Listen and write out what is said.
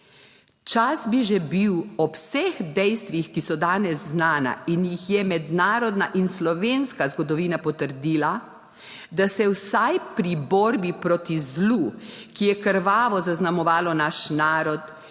Čas bi že bil, ob vseh dejstvih, ki so danes znana in jih je mednarodna in slovenska zgodovina potrdila, da se vsaj pri borbi proti zlu, ki je krvavo zaznamovalo naš narod,